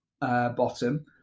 bottom